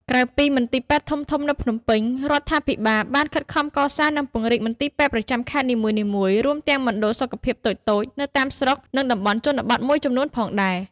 ក្រៅពីមន្ទីរពេទ្យធំៗនៅភ្នំពេញ រដ្ឋាភិបាលបានខិតខំកសាង និងពង្រីកមន្ទីរពេទ្យប្រចាំខេត្តនីមួយៗ រួមទាំងមណ្ឌលសុខភាពតូចៗនៅតាមស្រុក និងតំបន់ជនបទមួយចំនួនផងដែរ។